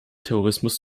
terrorismus